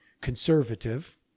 conservative